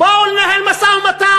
בואו לנהל משא-ומתן.